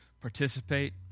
participate